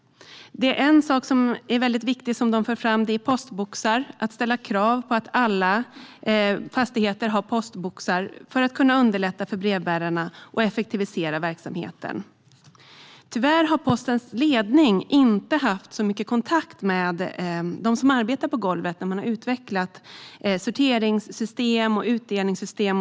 En väldigt viktig sak man för fram är att det måste ställas krav på att alla fastigheter har postboxar för att underlätta för brevbärarna och effektivisera verksamheten. Tyvärr har postens ledning inte haft så mycket kontakt med dem som arbetar på golvet när man utvecklat till exempel sorterings och utdelningssystem.